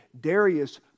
Darius